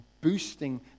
boosting